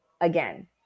again